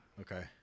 Okay